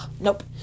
Nope